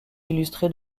illustrées